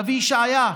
הנביא ישעיה: